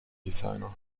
designer